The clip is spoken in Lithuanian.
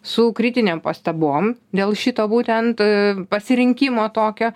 su kritinėm pastabom dėl šito būtent pasirinkimo tokio